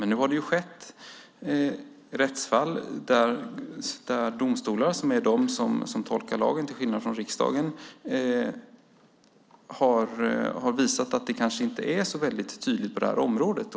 Men nu har det varit rättsfall där domstolar, som är de som tolkar lagen, till skillnad från riksdagen, har visat att det kanske inte är så tydligt på det här området.